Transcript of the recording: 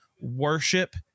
worship